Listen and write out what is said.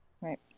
Right